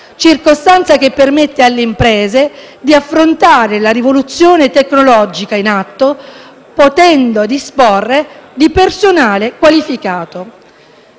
circostanza permette alle imprese di affrontare la rivoluzione tecnologica in atto potendo disporre di personale qualificato.